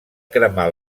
cremar